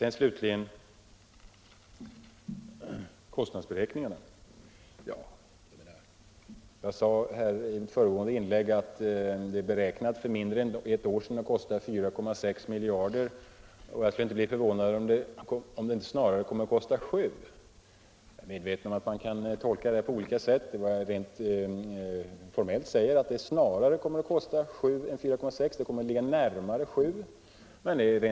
Vad slutligen gäller kostnadsberäkningarna sade jag i mitt föregående inlägg att man för mindre än ett år sedan förutsåg en kostnad på 4,6 miljarder och att jag inte skulle bli förvånad om det snarare skulle komma att kosta 7 miljarder. Jag är medveten om att mitt uttalande kan tolkas på olika sätt. Om jag säger att kostnaden snarare blir 7 miljarder än 4,6 miljarder, kan det formellt innebära att kostnaden kommer att ligga närmare 7 miljarder.